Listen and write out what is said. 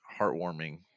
heartwarming